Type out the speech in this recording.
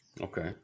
Okay